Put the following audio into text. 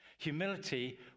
Humility